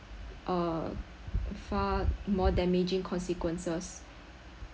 uh far more damaging consequences